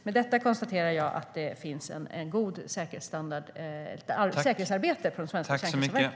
Med detta konstaterar jag att det finns ett gott säkerhetsarbete på de svenska kärnkraftverken.